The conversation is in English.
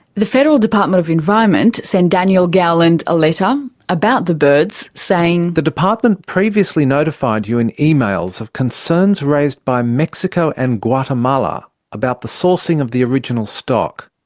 the federal department of environment sent daniel gowland a letter about the birds, saying the department previously notified you in emails of concerns raised by mexico and guatemala about the sourcing of the original stock.